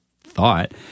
thought